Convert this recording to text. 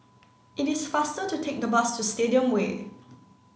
it is faster to take the bus to Stadium Way